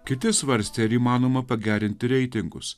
kiti svarstė ar įmanoma pagerinti reitingus